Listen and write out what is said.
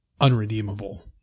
unredeemable